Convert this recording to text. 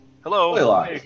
Hello